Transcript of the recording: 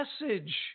message